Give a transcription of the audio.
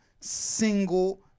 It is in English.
single